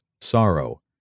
sorrow